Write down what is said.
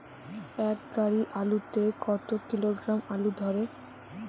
এক গাড়ি আলু তে কত কিলোগ্রাম আলু ধরে?